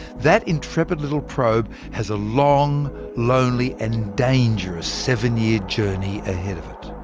that intrepid little probe has a long, lonely, and dangerous seven-year journey ahead of it.